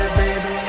baby